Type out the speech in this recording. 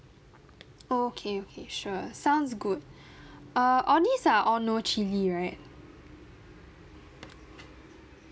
okay okay sure sounds good err all these are all no chilli right